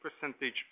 percentage